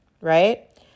right